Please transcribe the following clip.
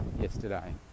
yesterday